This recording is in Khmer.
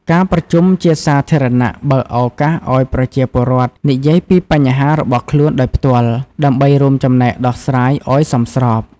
ការប្រជុំជាសាធារណៈ បើកឱកាសឲ្យប្រជាពលរដ្ឋនិយាយពីបញ្ហារបស់ខ្លួនដោយផ្ទាល់ ដើម្បីរួមចំណែកដោះស្រាយឲ្យសមស្រប។